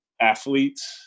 athletes